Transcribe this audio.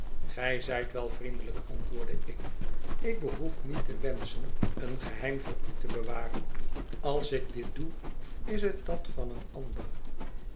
gij zijt wel vriendelijk antwoordde ik ik behoef niet te wenschen een geheim voor u te bewaren als ik dit doe is het dat van een ander